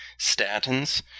statins